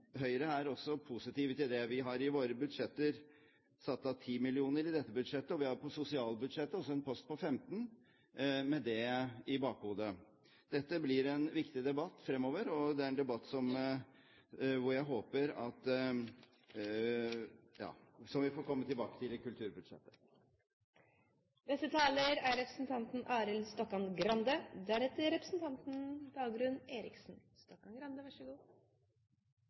Høyre er også positiv til det. Vi har satt av 10 mill kr. i dette budsjettet, og vi har på sosialbudsjettet også en post på 15 mill. kr – med det i bakhodet. Dette blir en viktig debatt fremover, og det er en debatt som vi får komme tilbake til ved behandlingen av kulturbudsjettet. Representanten Arild